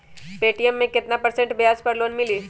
Paytm मे केतना percent ब्याज पर लोन मिली?